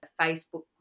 Facebook